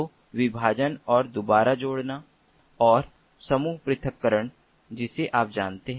तो विभाजन और दुबारा जोड़ना और समूह पृथक्करण जिसे आप जानते हैं